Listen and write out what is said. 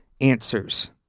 answers